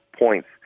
points